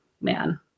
man